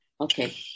Okay